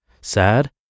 sad